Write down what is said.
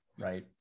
right